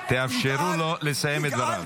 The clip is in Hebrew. תאפשרו לו לסיים את דבריו.